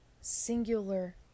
singular